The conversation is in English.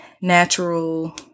natural